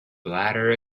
bladder